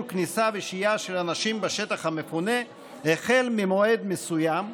כניסה ושהייה של אנשים בשטח המפונה החל ממועד מסוים,